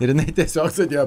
ir jinai tiesiog sėdėjo